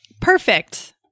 Perfect